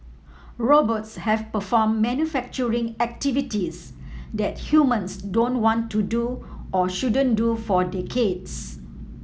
robots have performed manufacturing activities that humans don't want to do or shouldn't do for decades